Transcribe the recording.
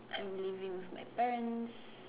I'm living with my parents